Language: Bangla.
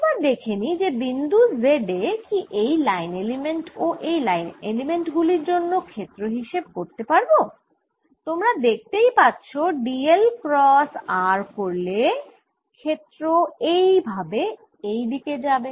এবার দেখে নিই যে বিন্দু z এ কি এই লাইন এলিমেন্ট ও এই লাইন এলিমেন্ট গুলির জন্য ক্ষেত্র হিসেব করতে পারব তোমরা দেখতেই পাচ্ছো d l ক্রস r করলে ক্ষেত্র এই ভাবে এই দিকে যাবে